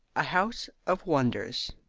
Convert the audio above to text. a house of wonders.